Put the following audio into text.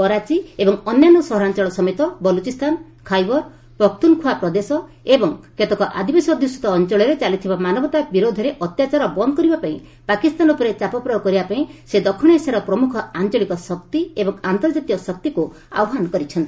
କରାଚି ଏବଂ ଅନ୍ୟାନ୍ୟ ସହରାଞ୍ଚଳ ସମେତ ବଳୁଚିସ୍ତାନ ଖାଇବର୍ ପଖ୍ତୁନ୍ଖ୍ୱା ପ୍ରଦେଶ ଏବଂ କେତେକ ଆଦିବାସୀ ଅଧ୍ଯୁଷିତ ଅଞ୍ଚଳରେ ଚାଲିଥିବା ମାନବତା ବିରୋଧରେ ଅତ୍ୟାଚାର ବନ୍ଦ୍ କରିବାପାଇଁ ପାକିସ୍ତାନ ଉପରେ ଚାପ ପ୍ରୟୋଗ କରିବାପାଇଁ ସେ ଦକ୍ଷିଣ ଏସିଆର ପ୍ରମୁଖ ଆଞ୍ଚଳିକ ଶକ୍ତି ଏବଂ ଆନ୍ତର୍ଜାତୀୟ ଶକ୍ତିକୁ ଆହ୍ୱାନ କରିଛନ୍ତି